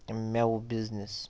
میوٕ بِزنٮ۪س